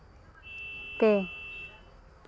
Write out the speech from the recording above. ᱯᱮ